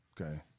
Okay